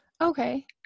Okay